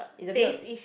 is a bit of